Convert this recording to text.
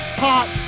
hot